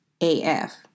AF